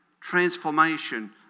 transformation